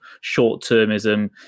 short-termism